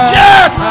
yes